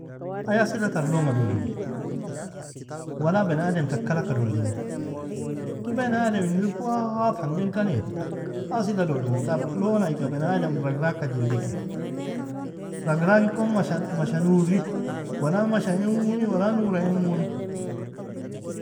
Ay asila tar لون ga dolimo wala بني ادم takalaka dolimo بني ادم ingir wadhang meankaki asila dolimo tar لون aiga بني ادم ragragka jilinke ragraikon mashan masha nourin wala mashaimoni wala nouraimoni.